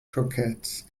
croquettes